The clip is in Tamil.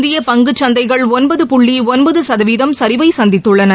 இந்திய பங்கு சந்தைகள் ஒன்று புள்ளி ஒன்பது சதவீதம் சரிவை சந்தித்துள்ளன